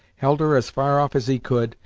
held her as far off as he could,